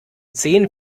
zehn